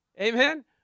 Amen